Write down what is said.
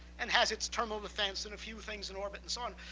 and has its terminal defense and a few things in orbit and so on,